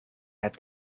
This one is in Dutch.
het